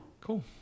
Cool